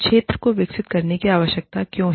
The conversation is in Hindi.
क्षेत्र को विकसित करने की आवश्यकता क्यों है